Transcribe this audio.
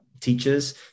teachers